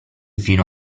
fino